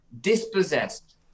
dispossessed